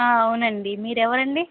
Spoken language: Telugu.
అవునండి మీరు ఎవరండి